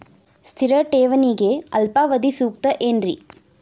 ಸ್ಥಿರ ಠೇವಣಿಗೆ ಅಲ್ಪಾವಧಿ ಸೂಕ್ತ ಏನ್ರಿ?